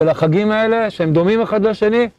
ולחגים האלה שהם דומים אחד לשני